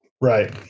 Right